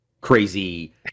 crazy